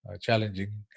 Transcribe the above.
challenging